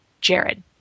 Jared